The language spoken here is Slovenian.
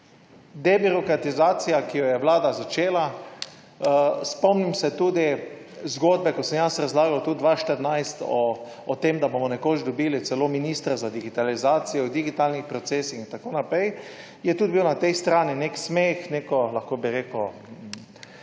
Debirokratizacija, ki jo je Vlada začela. Spomnim se zgodbe, ko sem jaz razlagal tu 2014 o tem, da bomo nekoč dobili celo ministra za digitalizacijo, digitalni proces in tako naprej, je bil na tej / pokaže zboru/ strani nek